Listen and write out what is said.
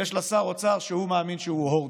ויש לה שר אוצר שמאמין שהוא הורדוס.